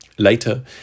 Later